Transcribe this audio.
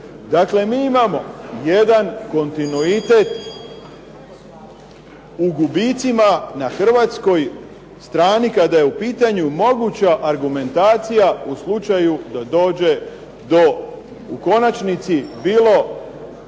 Dakle mi imamo jedan kontinuitet u gubicima na hrvatskoj strani kada je u pitanju moguća argumentacija u slučaju da dođe do u konačnici bilo